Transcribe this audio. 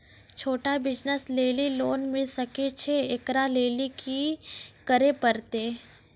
छोटा बिज़नस लेली लोन मिले सकय छै? एकरा लेली की करै परतै